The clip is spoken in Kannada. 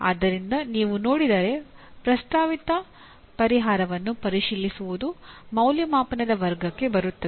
ಆದ್ದರಿಂದ ನೀವು ನೋಡಿದರೆ ಪ್ರಸ್ತಾವಿತ ಪರಿಹಾರವನ್ನು ಪರಿಶೀಲಿಸುವುದು ಮೌಲ್ಯಮಾಪನದ ವರ್ಗಕ್ಕೆ ಬರುತ್ತದೆ